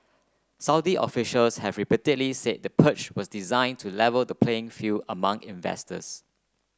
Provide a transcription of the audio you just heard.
Saudi officials have repeatedly said the purge was designed to level the playing field among investors